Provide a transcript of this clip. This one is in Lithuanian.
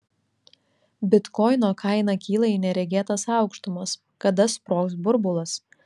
bitkoino kaina kyla į neregėtas aukštumas kada sprogs burbulas